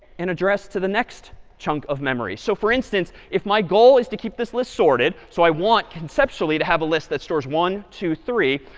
and address to the next chunk of memory. so, for instance, if my goal is to keep this list sorted, so i want conceptually to have a list that stores one, two, three,